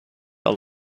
are